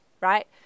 right